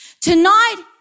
Tonight